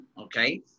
okay